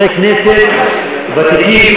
חברי כנסת ותיקים,